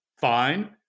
Fine